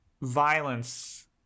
violence